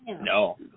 no